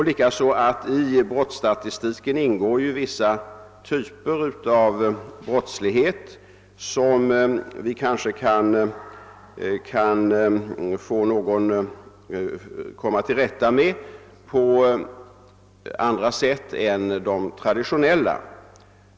Likaså ingår i brottsstatistiken vissa typer av brottslighet som vi kanske kan komma till rätta med på andra sätt än de traditionella.